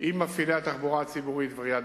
עם מפעילי התחבורה הציבורית ועיריית